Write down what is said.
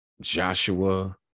Joshua